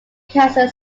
cancer